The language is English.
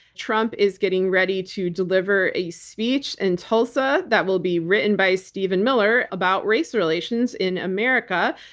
trump is getting ready to deliver a speech in tulsa that will be written by stephen miller about race relations in america.